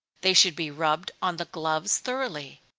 they should be rubbed on the gloves thoroughly.